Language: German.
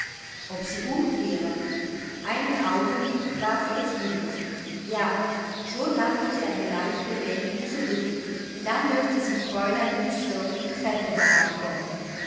ob sie umkehre einen augenblick war sie es willens ja schon machte sie eine leichte wendung zurück da hörte sie fräulein güssow die treppe herabkommen